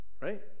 right